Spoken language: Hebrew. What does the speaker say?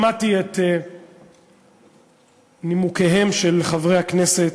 שמעתי את נימוקיהם של חברי הכנסת,